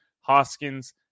Hoskins